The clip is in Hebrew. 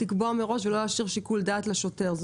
לקבוע מראש ולא להשאיר שיקול דעת לשוטר.